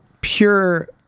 pure